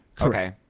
Okay